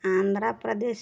Andhra Pradesh